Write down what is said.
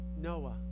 Noah